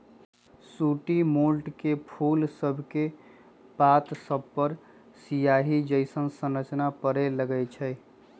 sooty mould में फूल सभके पात सभपर सियाहि जइसन्न संरचना परै लगैए छइ